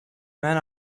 men